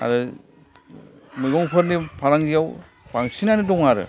आरो मैगंफोरनि फालांगिआव बांसिनानो दं आरो